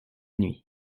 nuit